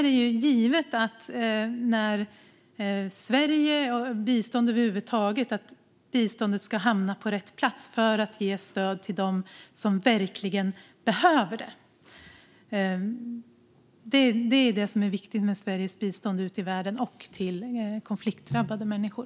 Det är givet att Sveriges bistånd och bistånd över huvud taget ska hamna på rätt plats, för att ge stöd till dem som verkligen behöver det. Det är det viktiga med Sveriges bistånd ute i världen och till konfliktdrabbade människor.